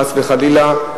חס וחלילה,